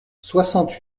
soixante